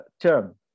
term